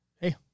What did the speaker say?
Hey